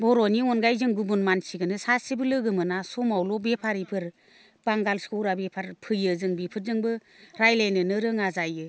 बर'नि अनगायै जों गुबुन मानसिखोनो सासेबो लोगो मोना समावल' बेफारिफोर बांगाल सहरा बेफार फैयो जों बिफोरजोंबो रायज्लायनोनो रोङा जायो